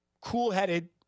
cool-headed